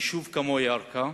ביישוב כמו ירכא,